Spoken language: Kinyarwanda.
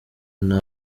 nta